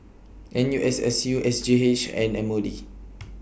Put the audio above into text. N U S S U S G H and M O D